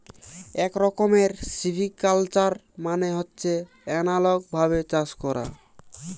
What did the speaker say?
এক রকমের সিভিকালচার মানে হচ্ছে এনালগ ভাবে চাষ করা